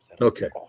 Okay